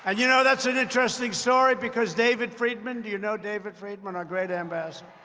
and you know, that's an interesting story because david friedman do you know david friedman, our great ambassador?